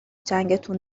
چنگتون